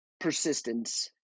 persistence